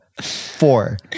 four